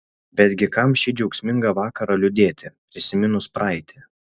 betgi kam šį džiaugsmingą vakarą liūdėti prisiminus praeitį